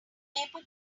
paper